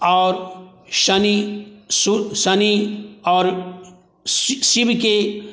आओर शनि शनि आओर शिवके